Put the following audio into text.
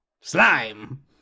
Slime